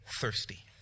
thirsty